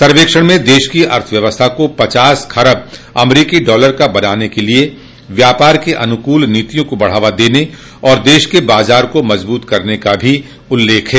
सर्वेक्षण में देश की अर्थव्यवस्था को पचास खरब अमरीकी डॉलर का बनाने के लिए व्यापार के अनुकूल नीतियों को बढ़ावा देने और देश के बाजार को मजबूत करने का भी उल्लख है